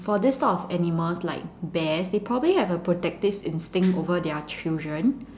for this type of animals like bears they probably have a protective instinct over their children